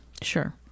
Sure